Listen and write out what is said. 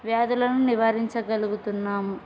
వ్యాధులను నివారించగలుగుతున్నాము